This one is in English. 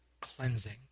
cleansing